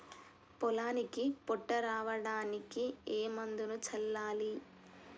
పొలానికి పొట్ట రావడానికి ఏ మందును చల్లాలి?